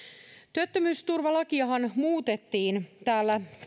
työttömyysturvalakiahan muutettiin täällä